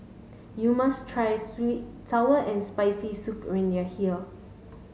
you must try sour and spicy soup when you are here